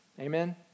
Amen